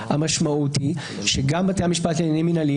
המשמעות היא שגם בתי המשפט לעניינים מינהליים